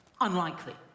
unlikely